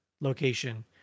location